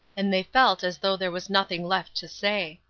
and they felt as though there was nothing left to say.